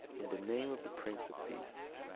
in the name of the prince of peace,